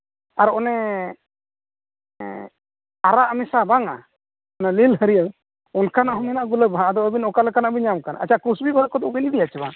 ᱟᱨ ᱚᱱᱮ ᱟᱨᱟᱜ ᱢᱮᱥᱟ ᱵᱟᱦᱟ ᱚᱱᱟ ᱞᱤᱞ ᱦᱟᱨᱭᱟᱹᱲ ᱚᱱᱠᱟᱱᱟᱜ ᱦᱚᱸ ᱢᱮᱱᱟᱜᱼᱟ ᱜᱩᱞᱟᱹᱵ ᱵᱟᱦᱟ ᱟᱫᱚ ᱟᱹᱵᱤᱱ ᱚᱠᱟ ᱞᱮᱠᱟᱱᱟᱜ ᱵᱤᱱ ᱧᱟᱢ ᱠᱟᱱᱟ ᱟᱪᱪᱷᱟ ᱠᱩᱥᱵᱤ ᱵᱟᱦᱟ ᱠᱚᱫᱚ ᱵᱤᱱ ᱤᱫᱤᱭᱟᱥᱮ ᱵᱟᱝ